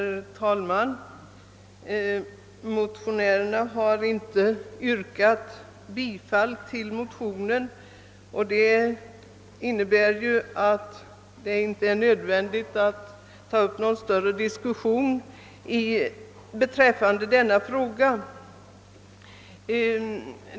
Herr talman! Motionärerna har inte yrkat bifall till motionen, vilket innebär att det inte är nödvändigt att ta upp någon större diskussion beträffande denna fråga.